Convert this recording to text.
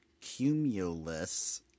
Cumulus